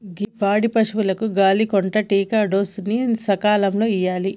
గీ పాడి పసువులకు గాలి కొంటా టికాడోస్ ని సకాలంలో ఇయ్యాలి